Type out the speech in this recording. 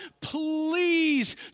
please